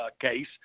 case